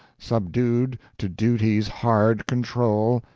subdued to duty's hard control,